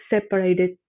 separated